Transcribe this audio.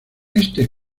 este